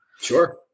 sure